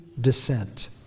Descent